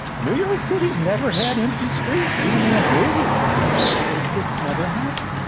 new york city's never had empty streets, even in a blizzard. i mean, it's just never happened.